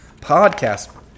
podcast